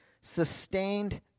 sustained